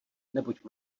neboť